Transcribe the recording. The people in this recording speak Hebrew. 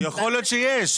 יכול להיות שיש.